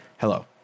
hello